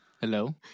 Hello